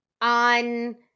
on